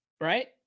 right